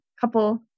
couple